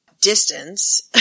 distance